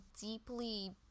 deeply